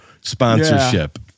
sponsorship